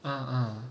uh uh